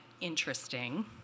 interesting